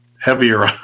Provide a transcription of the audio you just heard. heavier